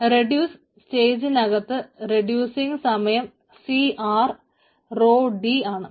reduce സ്റ്റേജിനകത്ത് reducing സമയം cr റൊ d ആണ്